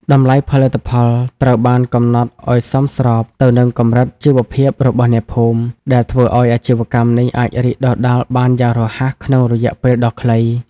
តម្លៃផលិតផលត្រូវបានកំណត់ឱ្យសមស្របទៅនឹងកម្រិតជីវភាពរបស់អ្នកភូមិ ដែលធ្វើឱ្យអាជីវកម្មនេះអាចរីកដុះដាលបានយ៉ាងរហ័សក្នុងរយៈពេលដ៏ខ្លី។